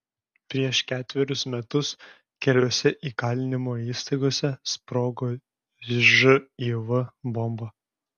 prieš ketverius metus keliose įkalinimo įstaigose sprogo živ bomba